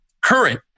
current